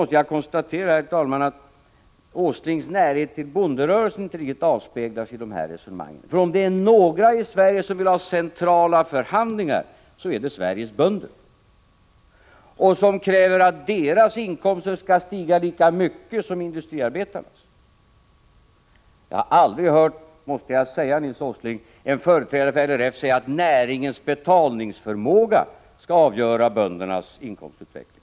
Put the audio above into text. Sedan konstaterar jag, herr talman, att Nils Åslings närhet till bonderörelsen inte riktigt avspeglas i de här resonemangen, för är det några i Sverige som vill ha centrala förhandlingar är det Sveriges bönder. De kräver att deras inkomster skall stiga lika mycket som industriarbetarnas. Jag har aldrig, Nils Åsling, hört en företrädare för LRF säga att näringens betalningsförmåga skall avgöra böndernas inkomstutveckling.